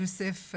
יוסף,